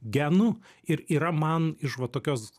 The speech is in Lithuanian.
genų ir yra man iš va tokios